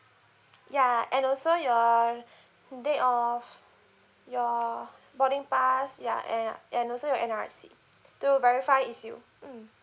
ya and also your date of your boarding pass ya and and also your N_R_I_C to verify it's you mm